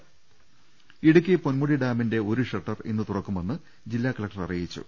് ഇടുക്കി പൊന്മുടി ഡാമിന്റെ ഒരു ഷട്ടർ ഇന്ന് തുറക്കുമെന്ന് ജില്ലാ കലക്ടർ അറിയിച്ചു